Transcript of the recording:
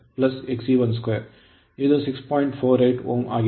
48 Ω ಆಗಿದೆ